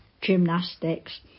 gymnastics